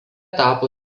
tapo